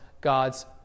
God's